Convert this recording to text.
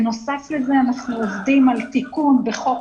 בנוסף לזה אנחנו עובדים על תיקון בחוק